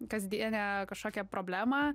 kasdienę kažkokią problemą